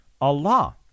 Allah